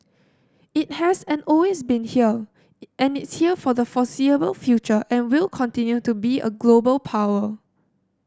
it has and always been here and it's here for the foreseeable future and will continue to be a global power